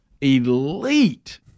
elite